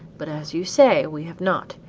but as you say we have not,